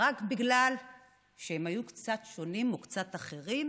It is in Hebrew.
רק בגלל שהם היו קצת שונים או קצת אחרים